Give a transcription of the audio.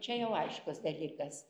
čia jau aiškus dalykas